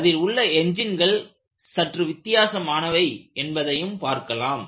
அதில் உள்ள என்ஜின்கள் சற்று வித்தியாசமானவை என்பதையும் பார்க்கலாம்